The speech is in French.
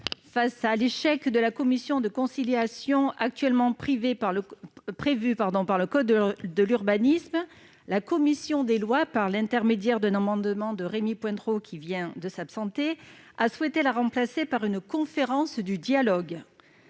Face à l'échec de la commission de conciliation actuellement prévue par le code de l'urbanisme, la commission des lois, par l'intermédiaire d'un amendement de Rémy Pointereau, a souhaité la remplacer par une conférence de dialogue